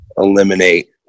eliminate